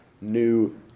new